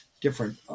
different